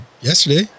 yesterday